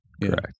Correct